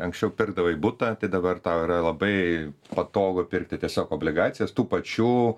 anksčiau pirkdavai butą tai dabar tau yra labai patogu pirkti tiesiog obligacijas tų pačių